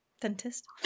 dentist